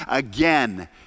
again